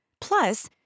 Plus